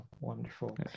wonderful